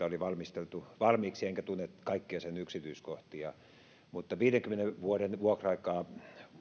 oli valmisteltu valmiiksi enkä tunne kaikkia sen yksityiskohtia mutta viidenkymmenen vuoden vuokra aikaa